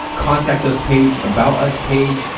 contact us page, about us page.